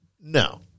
No